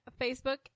Facebook